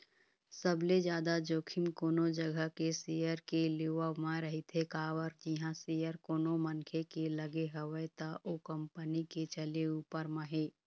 सबले जादा जोखिम कोनो जघा के सेयर के लेवब म रहिथे काबर जिहाँ सेयर कोनो मनखे के लगे हवय त ओ कंपनी के चले ऊपर म हे